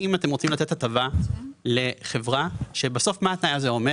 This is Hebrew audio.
השאלה אם חברי הכנסת רוצים לתת הטבה לחברה שבסוף מה התנאי הזה אומר?